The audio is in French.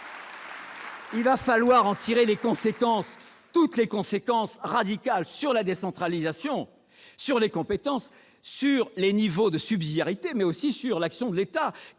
Il va falloir en tirer les conséquences, des conséquences radicales sur la décentralisation, sur les compétences, sur les niveaux de subsidiarité, mais aussi sur l'action de l'État.